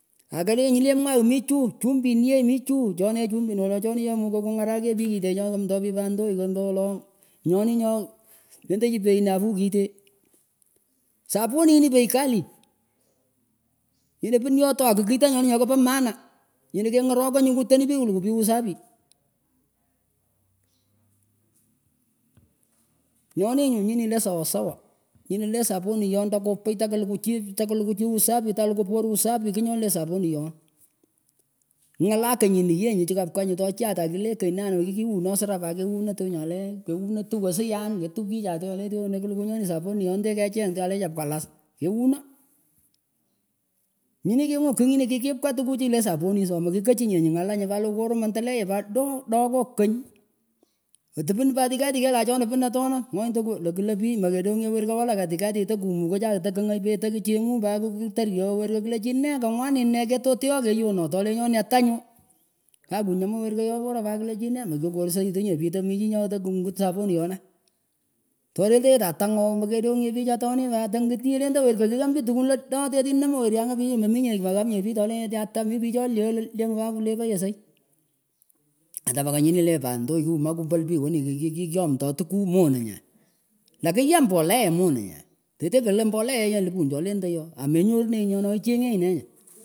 Akalenyih leh mwagh mihchun chumbineeh mih chuh choneeh chumbin wanoh chonih cho mukah kungarakeehpich kiteh choomtoy pich pantoiy ombo wolo nyonin nyoh endachin bei nafuu kiteh sapuni ni bei kali tinan pin yotoh akh kitan nyohi kahpan maana nyinah kengarokah kutanih pich klukuh pich usafi nyonih nyuh nyinile sawasawa nyinaleh sapunyon takuh piytah klukuh chih takuhlukuh chin usafi talukuh por usafi kihnyonileh sapunyon ngalah mekikiwunoh srah pa kewonah tyonaleh kewunah tuwah sian ketughchichah tyonleh tyonnah klukuh nyonih sapuninyondeh kechang tyonah le chepkalas kewunah nyinih kunguh kigh nyinih kikipkah tukuchuh lehsapinis ohh mekikachinyeh nyuh ngalahnyuhpat lukuh koran mandeleo doh pat doh doh kohkany atipin katikati keleh achonah pin atonah ngonyih teku leh klah pich mekehdongnyeh werkah walak katikati tekumukah chan kengey petah kchenguh pat ktar yoh werkah klah chih nee kengwanit nee ketoteoh keyonotoh lenyonih atahnyoh kakiunemuh werkah yoporah pat klahchih nee mekokorshaute nyeh pich temih chih nyoh kungut sapuniyon toreltcheeh tah tangogh mekeh dongnyeh pich atonih pat tangit chih endah werkah kiyam pich tkwun ladoo tetinah nemah weryangah kiyih meminyeh mahamnyeh pich tolenyeteh atah mih pich choh lyaah lalyang peyesayh atah pakahnyinileh pandoy kuumoh kupal pich weni ki kiki kiyomtoh tukuh monah nyah takiyam mbolea monahnyah teeth kalah mbolea ehh elipuh cholendey ooh amenyornenyonah ichengenenyah.